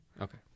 Okay